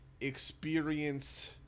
experience